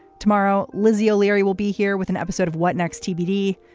tomorrow, lizzie o'leary will be here with an episode of what next tbd.